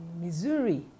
Missouri